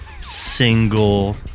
single